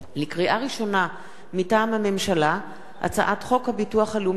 מטעם הממשלה: הצעת חוק הביטוח הלאומי (תיקון מס' 134)